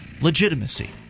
legitimacy